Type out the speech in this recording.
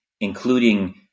including